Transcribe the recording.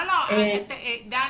דניה,